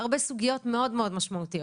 הרבה סוגיות מאוד מאוד משמעותיות,